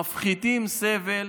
מפחיתים סבל